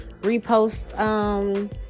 repost